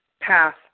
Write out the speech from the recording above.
path